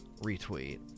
Retweet